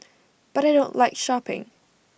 but I don't like shopping